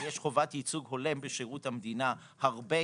שלגביה יש חובת ייצוג הולם בשירות המדינה מזה הרבה